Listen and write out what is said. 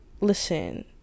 listen